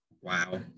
Wow